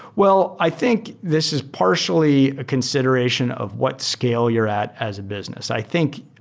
well, i think this is partially a consideration of what scale you're at as a business. i think